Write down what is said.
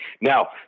Now